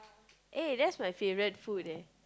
eh that's my favourite food eh